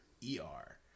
E-R